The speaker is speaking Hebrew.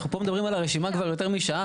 אנחנו פה מדברים על הרשימה כבר יותר משעה,